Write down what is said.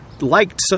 liked